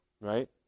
Right